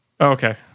Okay